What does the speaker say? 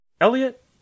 Elliot